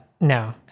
no